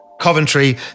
Coventry